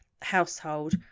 household